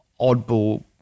oddball